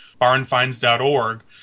barnfinds.org